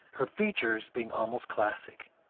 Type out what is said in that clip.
her features being almost classic.